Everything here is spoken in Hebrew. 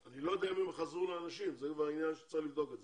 גם אני כמנהלת הוועדה הפצתי אותו גם במשרד הקליטה וגם לסוכנות היהודית.